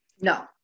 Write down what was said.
No